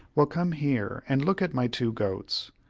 well, come here and look at my two goats.